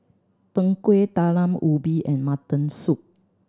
Png Kueh Talam Ubi and mutton soup